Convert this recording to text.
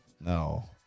No